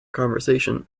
conversation